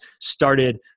started